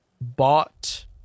bought